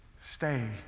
stay